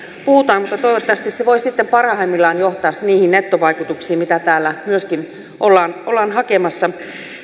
puhutaan toivottavasti se voisi sitten parhaimmillaan johtaa niihin nettovaikutuksiin joita täällä myöskin ollaan ollaan hakemassa